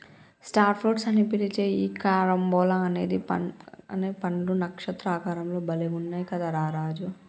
star fruits అని పిలిచే ఈ క్యారంబోలా అనే పండ్లు నక్షత్ర ఆకారం లో భలే గున్నయ్ కదా రా రాజు